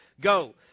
Go